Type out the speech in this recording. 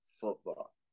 football